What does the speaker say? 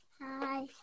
Hi